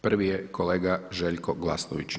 Prvi je kolega Željko Glasnović.